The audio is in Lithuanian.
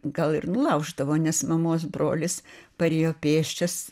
gal ir nulauždavo nes mamos brolis parėjo pėsčias